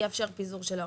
יאפשר פיזור של ההון.